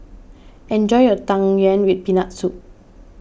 enjoy your Tang Yuen with Peanut Soup